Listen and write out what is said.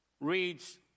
reads